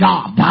God